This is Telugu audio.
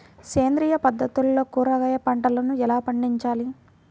సేంద్రియ పద్ధతుల్లో కూరగాయ పంటలను ఎలా పండించాలి?